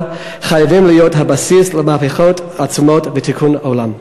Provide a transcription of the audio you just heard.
חייבים להיות הבסיס למהפכות עצומות ותיקון עולם.